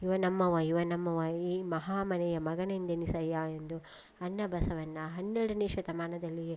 ಇವ ನಮ್ಮವ ಇವ ನಮ್ಮವ ಈ ಮಹಾಮನೆಯ ಮಗನೆಂದೆಣಿಸಯ್ಯ ಎಂದು ಅಣ್ಣ ಬಸವಣ್ಣ ಹನ್ನೆರಡನೆ ಶತಮಾನದಲ್ಲಿಯೇ